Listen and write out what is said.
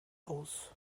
aus